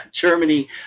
Germany